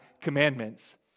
commandments